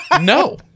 no